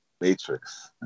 Matrix